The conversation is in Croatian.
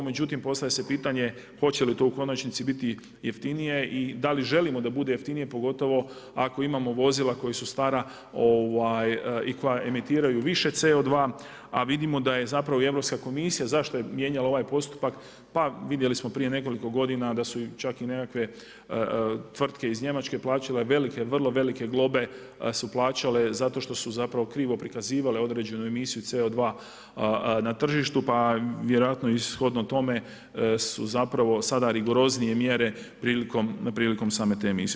Međutim, postavlja se pitanje, hoće li to u konačnici biti jeftiniji i da li želimo da bude jeftinije, pogotovo ako imamo vozila koja su stara i koja emitiraju više CO2, a vidimo da je zapravo i Europska komisija, zašto je mijenjala ovaj postupak, pa vidjeli smo prije nekoliko godina, da su čak nekakve tvrtke iz Njemačke, plaćale velike, vrlo velike globe su plaćale, zato što su zapravo krivo prikazivale određenu emisiju CO2 na tržištu, pa vjerojatno shodno tome, su zapravo rigoroznije mjere prilikom same te emisije.